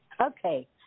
Okay